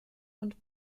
und